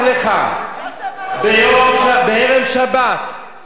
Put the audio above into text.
בערב שבת לקחנו את התינוק הזה.